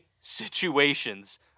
situations